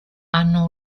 hanno